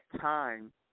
time